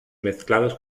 mezclados